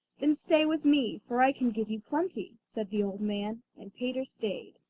then stay with me, for i can give you plenty said the old man, and peter stayed.